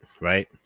right